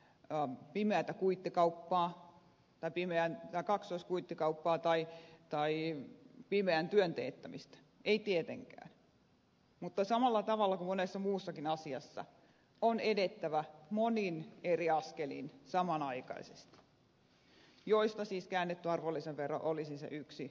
on pimeät kuittikauppaa tai pimeän muuta kaksoiskuittikauppaa tai pimeän työn teettämistä ei tietenkään mutta samalla tavalla kuin monessa muussakin asiassa on edettävä monin eri askelin samanaikaisesti joista siis käännetty arvonlisävero olisi se yksi vaihtoehto